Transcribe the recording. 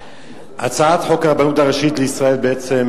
הצעת חוק הרבנות הראשית בישראל בעצם